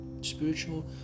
spiritual